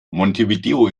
montevideo